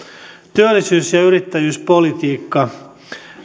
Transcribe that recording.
työllisyys ja yrittäjyyspolitiikka